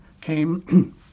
came